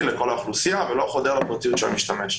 לכל האוכלוסייה ולא חודר לפרטיות של המשתמש.